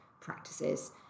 practices